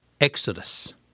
Exodus